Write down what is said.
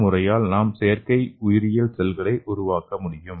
இந்த முறையால் நாம் செயற்கை உயிரியல் செல்களை உருவாக்க முடியும்